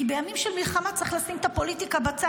כי בימים של מלחמה צריך לשים את הפוליטיקה בצד.